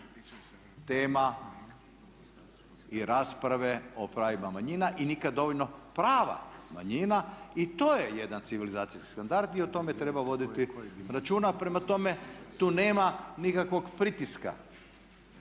tema i rasprave o pravima manjina i nikad dovoljno prava manjina. I to je jedan civilizacijski standard i o tome treba voditi računa. Prema tome tu nema nikakvog pritiska.